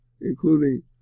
including